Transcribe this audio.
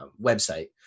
website